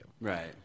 Right